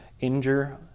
injure